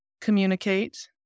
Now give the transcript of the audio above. communicate